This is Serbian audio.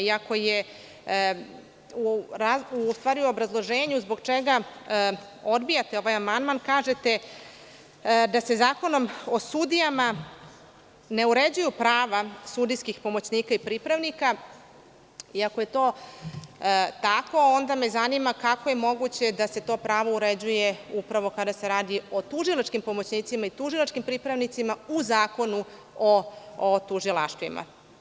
Iako u obrazloženju zbog čega odbijate ovaj amandman kažete da se Zakonom o sudijama ne uređuju prava sudijskih pomoćnika i pripravnika, iako je to tako, onda me zanima kako je moguće da se to pravo uređuje upravo kada se radi o tužilačkim pomoćnicima i tužilačkim pripravnicima u Zakonu o tužilaštvima?